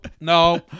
No